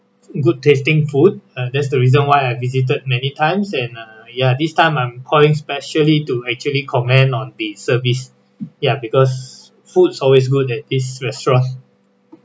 good tasting food uh that's the reason why I've visited many times and uh ya this time I'm calling specially to actually commend on the service ya because foods always good at this restaurant